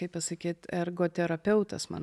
kaip pasakyt ergoterapeutas man